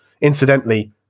Incidentally